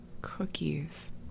Cookies